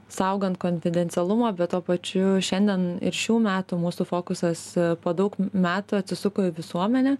saugant konfidencialumą bet tuo pačiu šiandien ir šių metų mūsų fokusas po daug metų atsisuko į visuomenę